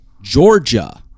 georgia